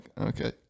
okay